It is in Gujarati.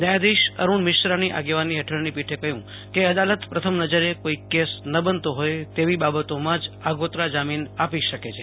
ન્યાયાધિશ અરૂણ મિશ્રાની આગેવાની હેઠળની પીઠે કહ્યું કે અદાલત પ્રથમ નજરે કોઇ કેસ ન બનતો હોય તેવી બાબતોમાં જ આગોતરા જામીન આપી શકે છે